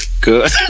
Good